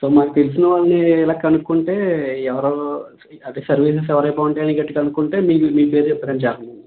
so మాకు తెలిసిన వాళ్ళను ఇలా కనుక్కుంటే ఎవరు అది సర్విస్ ఎవరది ఎక్కువ ఉందని గట్టి కనుక్కుంటే మీ పేరు చెప్పారండి